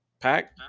Pack